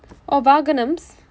oh வாகனம்:vaakanam